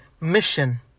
mission